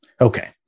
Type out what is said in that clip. Okay